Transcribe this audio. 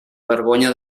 vergonya